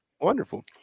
Wonderful